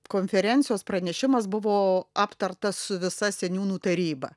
konferencijos pranešimas buvo aptartas su visa seniūnų taryba